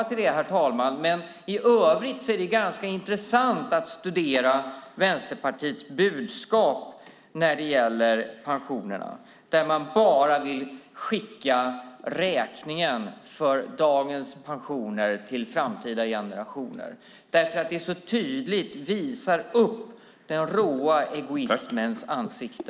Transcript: I övrigt är det ganska intressant att studera Vänsterpartiets budskap om pensionerna, där man vill skicka räkningen för dagens pensioner till framtida generationer. Det visar tydligt den råa egoismens ansikte.